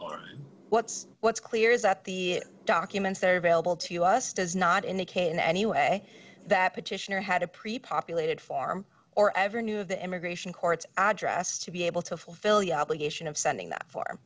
or what's what's clear is that the documents that are available to us does not indicate in any way that petitioner had a pretty populated farm or ever knew of the immigration courts address to be able to fulfill your obligation of sending that far